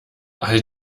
all